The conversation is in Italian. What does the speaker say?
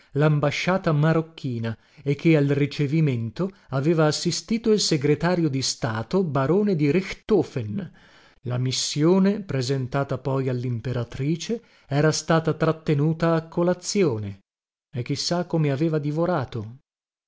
lambasciata marocchina e che al ricevimento aveva assistito il segretario di stato barone de richtofen la missione presentata poi allimperatrice era stata trattenuta a colazione e chi sa come aveva divorato